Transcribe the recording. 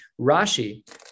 Rashi